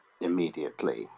immediately